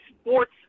sports